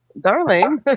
darling